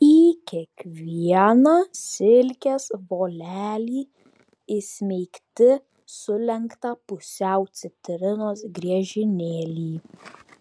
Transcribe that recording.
į kiekvieną silkės volelį įsmeigti sulenktą pusiau citrinos griežinėlį